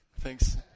Thanks